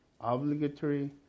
obligatory